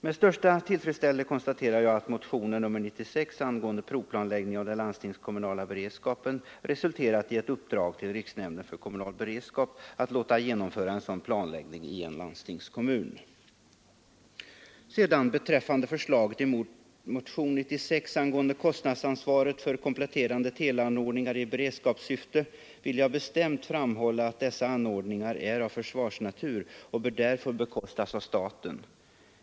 Med största tillfredsställelse konstaterar jag att motionen 96 angående provplanläggning av den landstingskommunala beredskapen resulterat i ett uppdrag till riksnämnden för kommunal beredskap att låta genomföra en sådan planläggning i en landstingskommun. Beträffande förslaget i motionen 95 angående kostnadsansvaret för kompletterande teleanordningar i beredskapssyfte vill jag bestämt framhålla att dessa anordningar är av försvarsnatur och därför bekostas av staten.